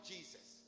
Jesus